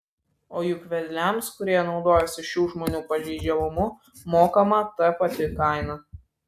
o juk vedliams kurie naudojosi šių žmonių pažeidžiamumu mokama ta pati kaina